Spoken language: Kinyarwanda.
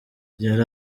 byari